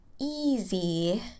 easy